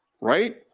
Right